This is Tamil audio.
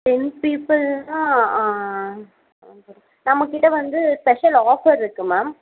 டென் பீப்புள்னா ஆ ஆஃபர் நம்மகிட்ட வந்து ஸ்பெஷல் ஆஃபர் இருக்குது மேம்